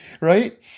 right